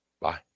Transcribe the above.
Bye